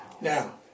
Now